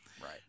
Right